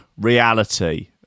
reality